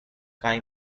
kaj